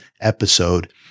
episode